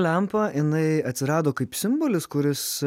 ta lempa jinai atsirado kaip simbolis kuris